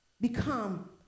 become